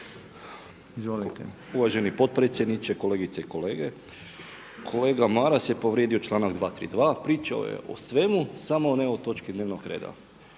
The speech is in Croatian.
Uvaženi potpredsjedniče, kolegice i kolege. Kolega Maras je povrijedio članak 232. Pričao je o svemu, samo ne o točki dnevnog reda.